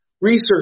research –